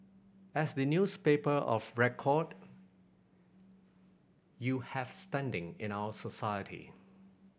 as the newspaper of record you have standing in our society